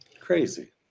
Crazy